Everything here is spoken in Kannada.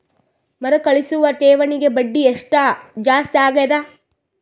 ಮರುಕಳಿಸುವ ಠೇವಣಿಗೆ ಬಡ್ಡಿ ಎಷ್ಟ ಜಾಸ್ತಿ ಆಗೆದ?